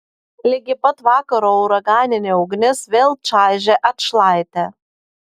ligi pat vakaro uraganinė ugnis vėl čaižė atšlaitę